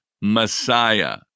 Messiah